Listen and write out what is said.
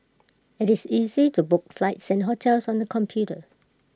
IT is easy to book flights and hotels on the computer